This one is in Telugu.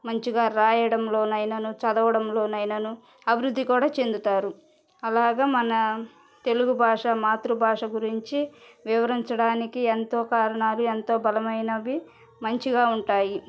మంచిగా రాయడంలో నైననూ చదవడంలో నైననూ అభివృద్ధి కూడా చెందుతారు అలాగా మన తెలుగు భాష మాతృభాష గురించి వివరించడానికి ఎంతో కారణాలు ఎంతో బలమైనవి మంచిగా ఉంటాయి